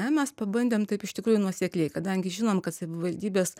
ne mes pabandėm taip iš tikrųjų nuosekliai kadangi žinom kad savivaldybės